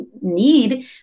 need